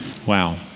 Wow